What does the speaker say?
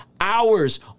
Hours